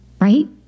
right